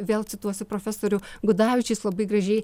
vėl pacituosiu profesorių gudavičių jis labai gražiai